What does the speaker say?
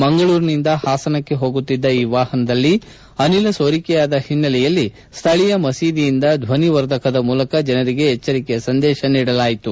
ಮಂಗಳೂರಿನಿಂದ ಹಾಸನಕ್ಕೆ ಹೋಗುತ್ತಿದ್ದ ಈ ವಾಹನದಲ್ಲಿ ಅನಿಲ ಸೋರಿಕೆಯಾದ ಹಿನ್ನೆಲೆಯಲ್ಲಿ ಸ್ಥಳೀಯ ಮಸೀದಿಯಿಂದ ಧ್ವನಿ ವರ್ಧಕದ ಮೂಲಕ ಜನರಿಗೆ ಎಚ್ಚರಿಕೆಯ ಸಂದೇಶ ನೀಡಲಾಯಿತು